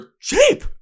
cheap